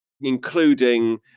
including